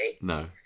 No